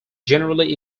generally